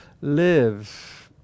live